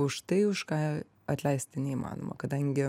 už tai už ką atleisti neįmanoma kadangi